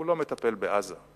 הוא לא מטפל בעזה,